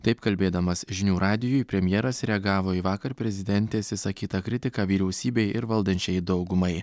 taip kalbėdamas žinių radijui premjeras reagavo į vakar prezidentės išsakytą kritiką vyriausybei ir valdančiajai daugumai